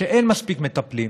שאין מספיק מטפלים,